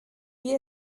wie